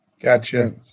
gotcha